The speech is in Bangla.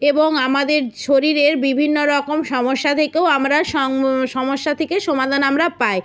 এবং আমাদের শরীরের বিভিন্ন রকম সমস্যা থেকেও আমরা সমস্যা থেকে সমাধান আমরা পাই